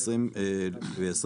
ב-2021,